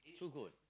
so good